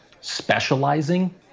specializing